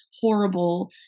horrible